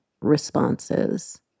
responses